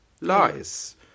Lies